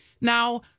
Now